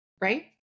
Right